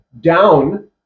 down